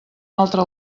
altre